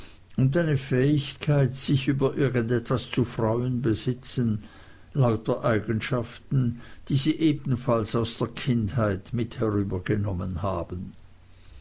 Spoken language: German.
und eine fähigkeit sich über irgend etwas zu freuen besitzen lauter eigenschaften die sie ebenfalls aus der kindheit mit herübergenommen haben